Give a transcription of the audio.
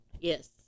Yes